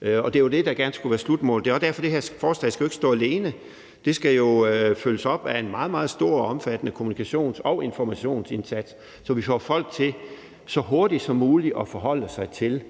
og det er jo det, der gerne skulle være slutmålet. Det er også derfor, at det her forslag ikke skal stå alene. Det skal jo følges op af en meget, meget stor og omfattende kommunikation- og informationsindsats, så vi får folk til så hurtigt som muligt at forholde sig til,